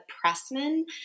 Pressman